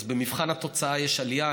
אז במבחן התוצאה יש עלייה.